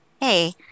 hey